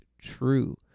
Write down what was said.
True